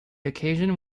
occasion